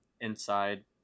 inside